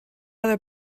other